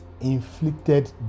inflicted